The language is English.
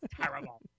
terrible